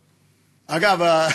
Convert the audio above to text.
אגב,